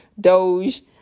Doge